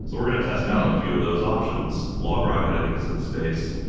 so we're going to test out a few of those options. logrocket i think is in the space.